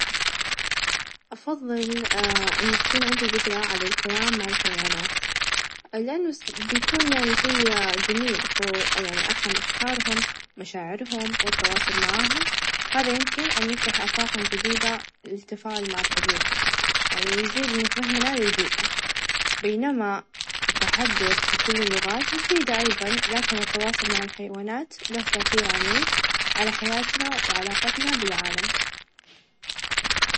أفظل إنه تكون عندي قدرة على الكلام مع الحيوانات ؛لإنه-س- بيكون يعني شيء جميل -فو- ،يعني أفهم أفكارهم ،مشاعرهم ، والتواصل معاهم هذا يمكن أن يفتح آفاقٌ جديدة للتفاعل مع الطبيعة، يعني ويزيد من فهمنا للبيئة، بينما التحدث بكل اللغات مفيدة أيظًا، لكن التواصل مع الحيوانات له تأثير عميق على حياتنا، وعلاقتنا بالعالم.